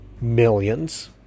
millions